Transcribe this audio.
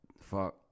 fuck